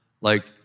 Like-